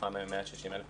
מתוכם 160,000 בשילוב.